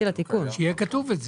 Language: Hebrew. שיהיה כתוב את זה.